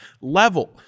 level